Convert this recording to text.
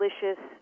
delicious